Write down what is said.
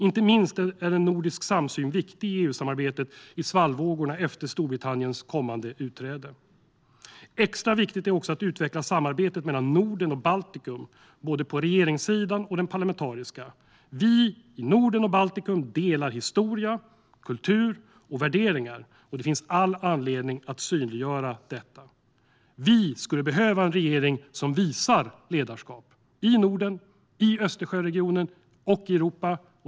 Inte minst är en nordisk samsyn viktig i EU-samarbetet i svallvågorna efter Storbritanniens kommande utträde. Extra viktigt är också att utveckla samarbetet mellan Norden och Baltikum, både på regeringssidan och på den parlamentariska sidan. Vi i Norden och Baltikum delar historia, kultur och värderingar. Det finns all anledning att synliggöra detta. Vi skulle behöva en regering som visar ledarskap - i Norden, i Östersjöregionen och i Europa.